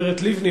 הגברת לבני,